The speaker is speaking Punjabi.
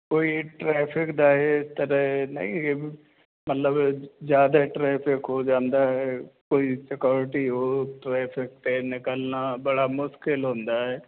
ਕੋਈ ਟਰੈਫਿਕ ਦਾ ਇਹ ਨਹੀਂ ਮਤਲਬ ਜਿਆਦਾ ਟਰੈਫਿਕ ਹੋ ਜਾਂਦਾ ਹੈ ਕੋਈ ਸਿਕਿਉਰਟੀ ਓਹ ਟਰੈਫਿਕ ਤੇ ਨਿਕਲਾ ਬੜਾ ਮੁਸ਼ਕਿਲ ਹੁੰਦਾ